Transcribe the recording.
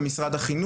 במשרד החינוך?